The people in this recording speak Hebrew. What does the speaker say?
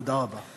תודה רבה.